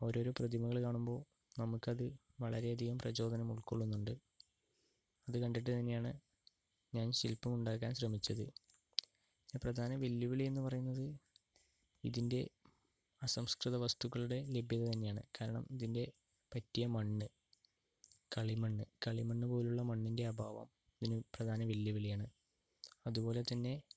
ഓരോരോ പ്രതിമകള് കാണുമ്പോൾ നമ്മുക്കത് വളരെയധികം പ്രചോദനം ഉൾക്കൊള്ളുന്നുണ്ട് അത് കണ്ടിട്ട് തന്നെയാണ് ഞാൻ ശില്പമുണ്ടാക്കാൻ ശ്രമിച്ചത് പ്രധാന വെല്ലുവിളിയെന്ന് പറയുന്നത് ഇതിൻ്റെ അസംസ്കൃത വസ്തുക്കളുടെ ലഭ്യത തന്നെയാണ് കാരണം ഇതിൻ്റെ പറ്റിയ മണ്ണ് കളിമണ്ണ് കളിമണ്ണുപ്പോലുള്ള മണ്ണിൻ്റെ അഭാവം ഇതിന് പ്രധാന വെല്ലുവിളിയാണ് അതുപോലെതന്നെ